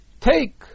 Take